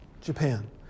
Japan